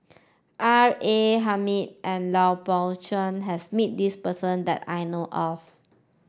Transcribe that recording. R A Hamid and Lui Pao Chuen has met this person that I know of